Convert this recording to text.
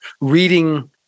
reading